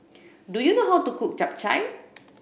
do you know how to cook Japchae